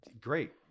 great